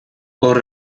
hor